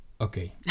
Okay